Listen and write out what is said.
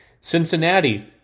Cincinnati